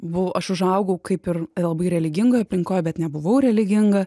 buvau aš užaugau kaip ir labai religingoj aplinkoj bet nebuvau religinga